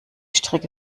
strecke